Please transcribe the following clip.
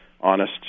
honest